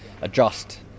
adjust